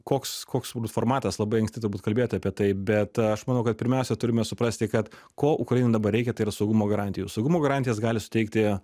koks koks turbūt formatas labai anksti turbūt kalbėt apie tai bet aš manau kad pirmiausia turime suprasti kad ko ukrainai dabar reikia tai yra saugumo garantijų saugumo garantijas gali suteikti